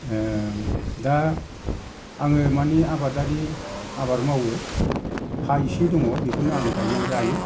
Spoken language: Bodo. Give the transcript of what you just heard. दा आङो मानि आबादारि आबाद मावो हा एसे दङ बेखौनो आं गायनानै जायो